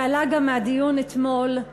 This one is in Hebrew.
ועלה גם מהדיון אתמול,